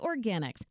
Organics